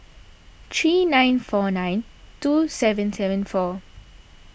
three nine four nine two seven seven four